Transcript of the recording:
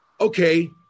okay